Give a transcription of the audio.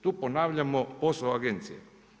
Tu ponavljamo poslove agencije.